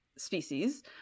species